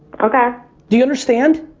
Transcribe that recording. okay. do you understand?